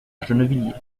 gennevilliers